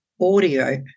audio